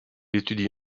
étudie